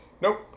Nope